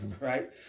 Right